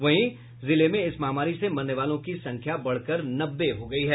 वहीं पटना जिले में इस महामारी से मरने वालों की संख्या बढ़कर नब्बे हो गयी है